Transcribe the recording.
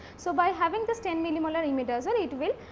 so, by having this ten millimolar imidazole, it will